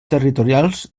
territorials